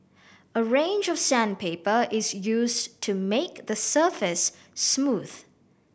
a range of sandpaper is used to make the surface smooth